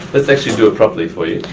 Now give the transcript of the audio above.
let's actually do it properly for you.